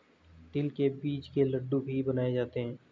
तिल के बीज के लड्डू भी बनाए जाते हैं